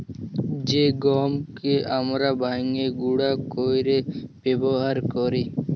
জ্যে গহমকে আমরা ভাইঙ্গে গুঁড়া কইরে ব্যাবহার কৈরি